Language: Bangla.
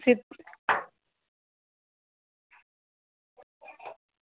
শীত